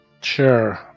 Sure